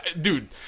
dude